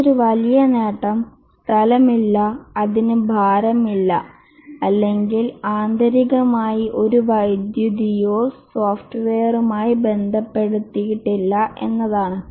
മറ്റൊരു വലിയ നേട്ടം സ്ഥലമില്ല അതിന് ഭാരം ഇല്ല അല്ലെങ്കിൽ ആന്തരികമായി ഒരു വൈദ്യുതിയോ സോഫ്റ്റ്വെയറുമായി ബന്ധപ്പെടുത്തിയിട്ടില്ല എന്നതാണ്